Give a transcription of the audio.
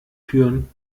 türen